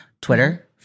Twitter